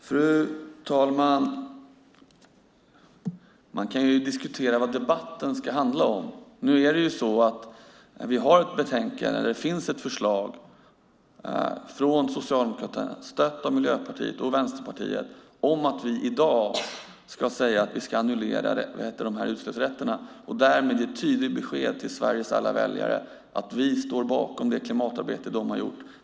Fru talman! Man kan diskutera vad debatten ska handla om. Nu har vi ett betänkande där det finns ett förslag från Socialdemokraterna, stött av Miljöpartiet och Vänsterpartiet, om att vi i dag ska säga att vi ska annullera dessa utsläppsrätter och därmed ge tydligt besked till Sveriges alla väljare att vi står bakom det klimatarbete de har gjort.